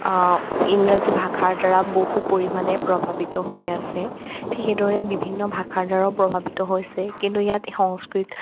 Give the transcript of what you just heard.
ইংৰাজী ভাষাৰ দ্বাৰা বহু পৰিমাণে প্ৰভাৱিত হৈ আছে ঠিক সেইদৰে বিভিন্ন ভাষাৰ দ্বাৰাও প্ৰভাৱিত হৈছে কিন্তু ইয়াত সংস্কৃত